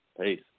Peace